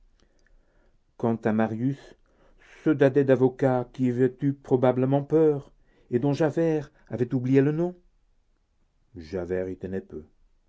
quant à marius ce dadais d'avocat qui avait eu probablement peur et dont javert avait oublié le nom javert y tenait peu